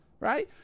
right